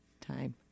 time